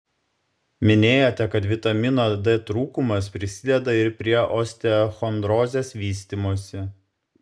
minėjote kad vitamino d trūkumas prisideda ir prie osteochondrozės vystymosi